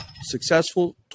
Successful